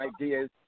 ideas